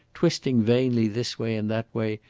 twisting vainly this way and that way,